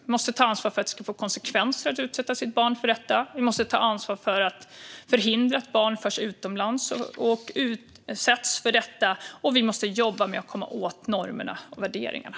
Vi måste ta ansvar för att det ska få konsekvenser att utsätta sitt barn för detta, vi måste ta ansvar för att förhindra att barn förs utomlands och utsätts för detta och vi måste jobba med att komma åt normerna och värderingarna.